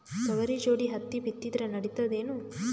ತೊಗರಿ ಜೋಡಿ ಹತ್ತಿ ಬಿತ್ತಿದ್ರ ನಡಿತದೇನು?